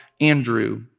Andrew